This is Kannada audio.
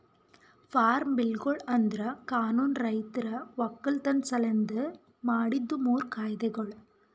ಫಾರ್ಮ್ ಬಿಲ್ಗೊಳು ಅಂದುರ್ ಕಾನೂನು ರೈತರ ಒಕ್ಕಲತನ ಸಲೆಂದ್ ಮಾಡಿದ್ದು ಮೂರು ಕಾಯ್ದೆಗೊಳ್